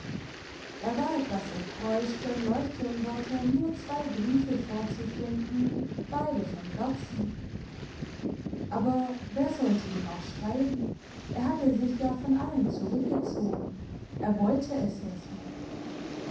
er war etwas enttäuscht beim leuchtturmwärter nur zwei briefe vorzufinden beide von gerdsen aber wer sollte ihm auch schreiben er hatte sich ja von allen zurückgezogen er wollte es ja so